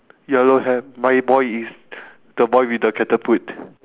yellow hair my boy is the boy with the catapult